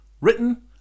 written